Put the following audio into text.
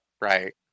right